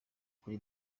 kuri